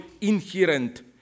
inherent